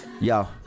Yo